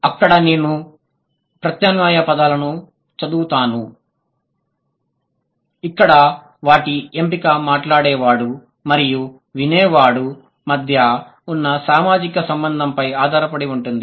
అక్కడ నేను ప్రత్యామ్నాయ పదాలను చదువుతాను ఇక్కడ వాటి ఎంపిక మాట్లాడేవాడు మరియు వినే వాడి మధ్య ఉన్న సామాజిక సంబంధంపై ఆధారపడి ఉంటుంది